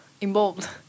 involved